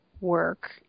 work